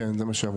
כן, זה מה שאמרו.